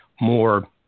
more